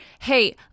hey